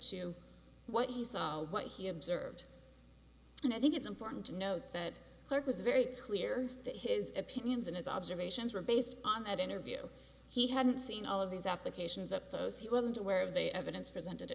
to what he saw what he observed and i think it's important to note that clark was very clear that his opinions and his observations were based on that interview he hadn't seen all of these applications up those he wasn't aware of the evidence presented a